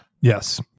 Yes